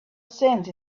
sand